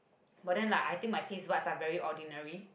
but then like I think my taste buds are very ordinary